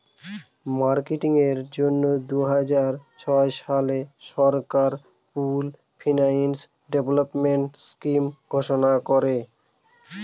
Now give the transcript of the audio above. marketing এর জন্য দুই হাজার ছয় সালে সরকার পুল্ড ফিন্যান্স ডেভেলপমেন্ট স্কিম ঘোষণা করে